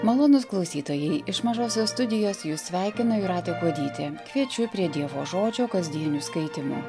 malonūs klausytojai iš mažosios studijos jus sveikina jūratė kuodytė kviečiu prie dievo žodžio kasdienių skaitymų